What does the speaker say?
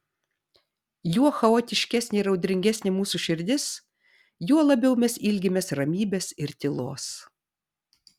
juo chaotiškesnė ir audringesnė mūsų širdis juo labiau mes ilgimės ramybės ir tylos